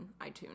iTunes